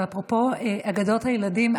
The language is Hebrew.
אפרופו אגדות הילדים,